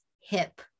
hip